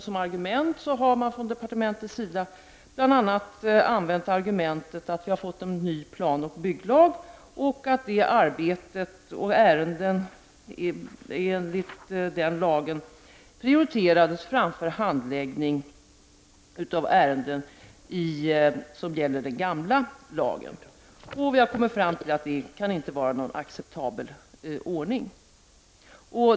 Som argument har man från departementets sida bl.a. använt det faktum att vi har fått en ny planoch bygglag och att det arbetet samt ärenden enligt den lagen prioriteras framför handläggning av ärenden som lyder under den gamla lagen. Vi har kommit fram till att det inte kan vara någon acceptabel ordning.